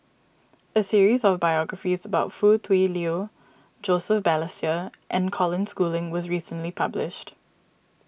a series of biographies about Foo Tui Liew Joseph Balestier and Colin Schooling was recently published